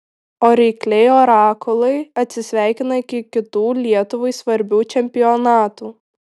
o rykliai orakulai atsisveikina iki kitų lietuvai svarbių čempionatų